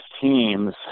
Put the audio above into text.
teams